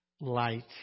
light